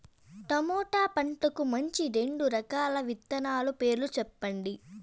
tomato పంటకు మంచి రెండు రకాల విత్తనాల పేర్లు సెప్పండి